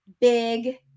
big